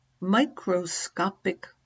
microscopic